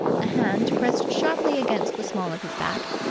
a hand pressed sharply against the small of his back.